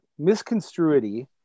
Misconstruity